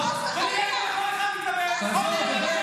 וראינו כבר מה חברי הקואליציה שלך חושבים על ההתנהלות שלך.